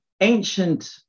ancient